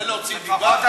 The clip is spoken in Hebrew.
זה להוציא דיבה?